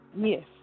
Yes